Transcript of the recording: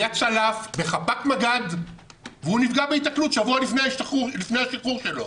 היה צלף בחפ"ק מג"ד והוא נפגע בהיתקלות שבוע לפני השחרור שלו.